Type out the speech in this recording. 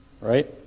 right